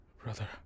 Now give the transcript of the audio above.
Brother